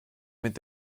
mit